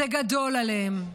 זה גדול עליהם.